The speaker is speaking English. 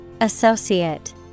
Associate